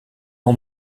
ans